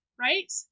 right